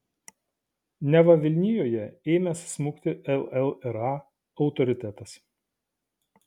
neva vilnijoje ėmęs smukti llra autoritetas